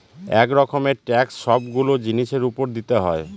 এক রকমের ট্যাক্স সবগুলো জিনিসের উপর দিতে হয়